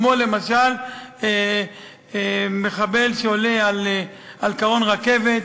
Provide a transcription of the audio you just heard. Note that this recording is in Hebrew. כמו למשל מחבל שעולה על קרון רכבת,